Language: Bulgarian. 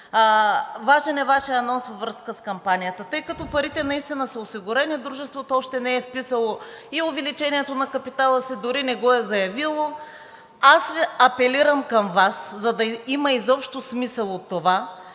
Важен е Вашият анонс във връзка с кампанията. Тъй като парите наистина са осигурени, дружеството още не е вписало и увеличението на капитала си, дори не го е заявило. Аз апелирам към Вас, за да има изобщо смисъл от това